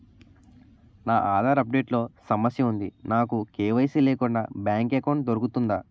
నా Aadhaar update లో సమస్య వుంది నాకు కే.వై.సీ లేకుండా బ్యాంక్ ఎకౌంట్దొ రుకుతుందా?